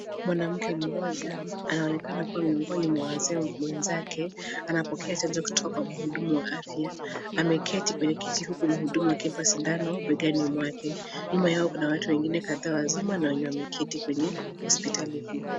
Mwanamke mmoja anaonekana kuwa miongoni mwa wazee wenzake. Anapokea chanjo kutoka kwa mhudumu wa afya. Ameketi kwenye kiti huku mhudumu akimpa sindano begani mwake. Nyuma yao kuna watu wengine kadhaa wazima na wenye wameketi kwenye hospitali hii.